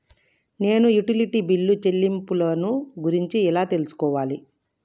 నేను utility bill చెల్లింపులను గురించి ఎలా తెలుసుకోవాలి?